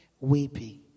weeping